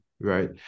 right